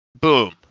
boom